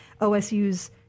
OSU's